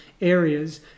areas